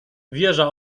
wieża